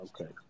Okay